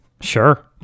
Sure